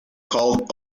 called